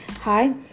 Hi